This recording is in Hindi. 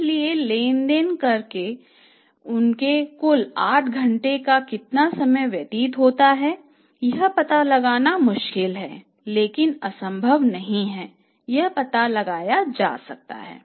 इसलिए लेन देन करने में उनके कुल 8 घंटे का कितना समय व्यतीत होता है यह पता लगाना बहुत मुश्किल है लेकिन यह असंभव नहीं है यह पता लगाया जा सकता है